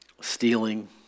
stealing